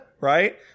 Right